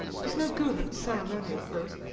he's no good at ceremonial clothes.